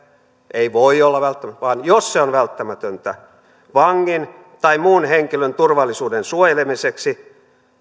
ei voi olla välttämätön vaan jos se on välttämätöntä vangin tai muun henkilön turvallisuuden suojelemiseksi